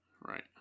Right